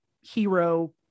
hero